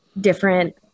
different